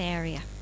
area